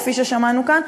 כפי ששמענו כאן,